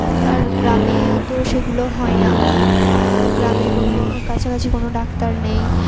আর গ্রামে তো সেগুলো হয় না গ্রামে কোনো কাছাকাছি কোনো ডাক্তার নেই